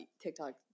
TikTok